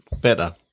better